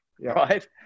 right